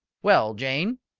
well, jane,